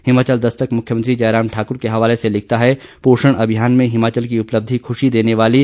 हिमाचल दस्तक मुख्यमंत्री जयराम ठाकुर के हवाले से लिखता है पोषण अभियान में हिमाचल की उपलब्धि खुशी देने वाली